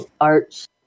arts